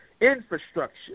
infrastructure